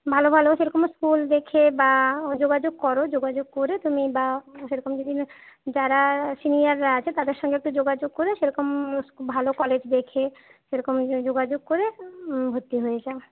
ভালো ভালো সেরকম স্কুল দেখে বা যোগাযোগ করো যোগাযোগ করে তুমি বা সেরকম যদি যারা সিনিয়াররা আছে তাদের সঙ্গে একটু যোগাযোগ করে সেরকম ভালো কলেজ দেখে সেরকম যোগাযোগ করে ভর্তি হয়ে যাও